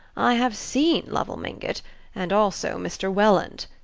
i have seen lovell mingott and also mr. welland.